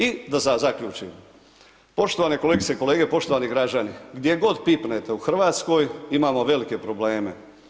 I da zaključim, poštovane kolegice i kolege, poštovani građani, gdje god pipnete u Hrvatskoj imamo velike probleme.